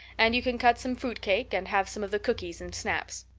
and you can cut some fruit cake and have some of the cookies and snaps.